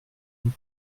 nous